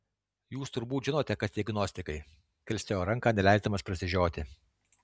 jūs turbūt žinote kas tie gnostikai kilstelėjo ranką neleisdamas prasižioti